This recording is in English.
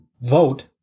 vote